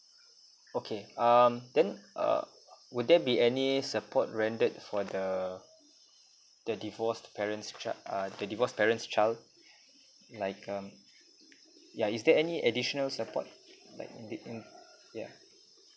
okay um then uh would there be any support rendered for the the divorced parents chi~ uh the divorced parents' child in like um yeah is there any additional support like in the in yeah